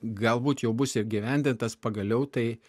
galbūt jau bus įgyvendintas pagaliau tai